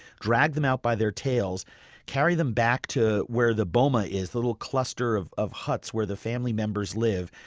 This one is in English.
drag them out by their tails and carry them back to where the boma is, the little cluster of of huts where the family members live.